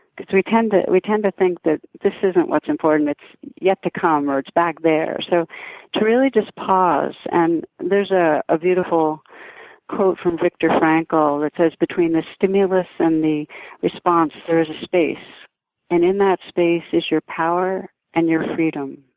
because we tend but we tend to think that this isn't what's important, it's yet to come or it's back there so to really just pause. and there's ah a beautiful quote from frankel that says, between the stimulus and the response, there is a space and, in that space, is your power and your freedom.